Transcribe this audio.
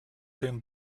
den